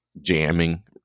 jamming